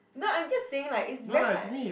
no I'm just saying like it's very hard